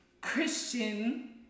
Christian